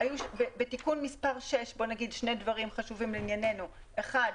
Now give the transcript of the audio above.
בתיקון מס' 6 היו שני דברים חשובים לענייננו: אחד,